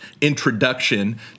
introduction